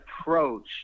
approach